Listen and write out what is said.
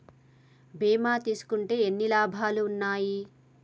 బీమా తీసుకుంటే ఎన్ని లాభాలు ఉన్నాయి?